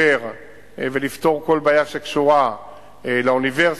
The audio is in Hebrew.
לתגבר ולפתור כל בעיה שקשורה לאוניברסיטה,